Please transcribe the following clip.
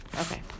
Okay